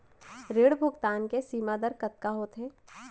ऋण भुगतान के सीमा दर कतका होथे?